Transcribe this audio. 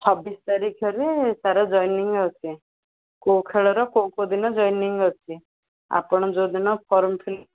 ଛବିଶ ତାରିଖରେ ତା'ର ଜଏନିଂ ଅଛି କେଉଁ ଖେଳର କେଉଁ କେଉଁ ଦିନ ଜଏନିଂ ଅଛି ଆପଣ ଯେଉଁ ଦିନ ଫର୍ମ ଫିଲ୍ଅପ୍